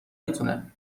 میتونه